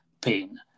pain